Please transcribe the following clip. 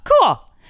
cool